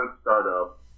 startup